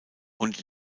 und